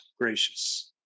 gracious